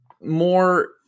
more